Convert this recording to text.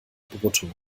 brutto